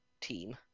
team